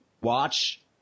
watch